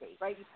right